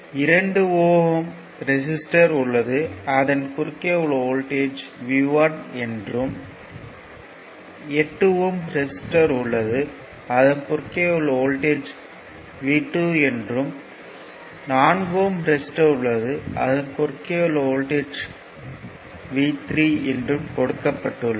2 ohm resistor உள்ளது அதன் குறுக்கே உள்ள வோல்ட்டேஜ் V1 என்றும் 8 ஓம் ரெசிஸ்டர் உள்ளது அதன் குறுக்கே உள்ள வோல்ட்டேஜ் V2 என்றும் 4 ஓம் ரெசிஸ்டர் உள்ளது அதன் குறுக்கே உள்ள வோல்ட்டேஜ் V3 என்றும் கொடுக்கப்பட்டுள்ளது